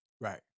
Right